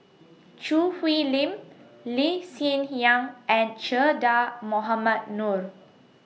Choo Hwee Lim Lee Hsien Yang and Che Dah Mohamed Noor